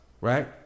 Right